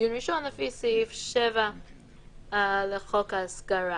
התשס"ב 2002‏ דיון ראשון לפי סעיף 7 לחוק ההסגרה,